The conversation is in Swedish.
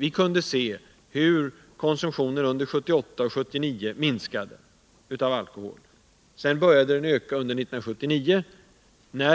Vi har kunnat konstatera att konsumtionen av alkohol minskade under 1977 och 1978. Sedan började den öka under 1979, men